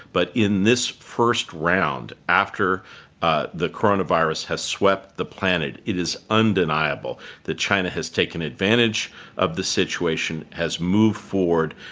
but in this first round after ah the coronavirus has swept the planet, it is undeniable that china has taken advantage of the situation, has moved forward,